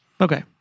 Okay